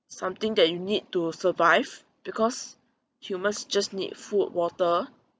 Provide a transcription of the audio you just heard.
something that you need to survive because humans just need food water